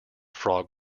frog